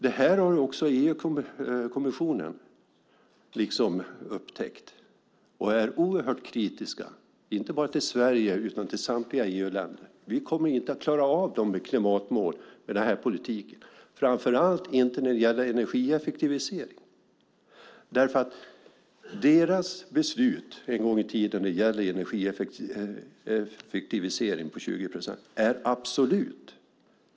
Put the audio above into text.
Detta har också EU-kommissionen upptäckt, och man är oerhört kritisk inte bara till Sverige utan till samtliga EU-länder. Vi kommer inte att klara av klimatmålen med den här politiken, framför allt inte när det gäller energieffektivisering. Kommissionens beslut om en energieffektivisering på 20 procent är absolut.